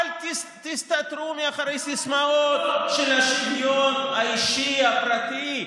אל תסתתרו מאחורי סיסמאות של השוויון האישי הפרטי,